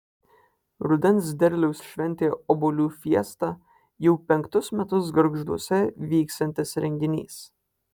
rudens derliaus šventė obuolių fiesta jau penktus metus gargžduose vyksiantis renginys